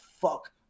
fuck